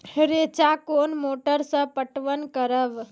रेचा कोनी मोटर सऽ पटवन करव?